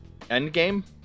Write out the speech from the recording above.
Endgame